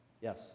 Yes